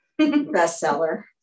bestseller